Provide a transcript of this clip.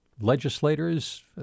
legislators